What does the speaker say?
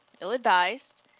ill-advised